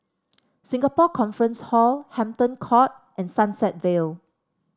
Singapore Conference Hall Hampton Court and Sunset Vale